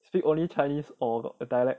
speak only chinese or a dialect